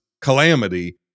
calamity